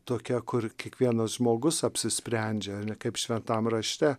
tokia kur kiekvienas žmogus apsisprendžia ar ne kaip šventam rašte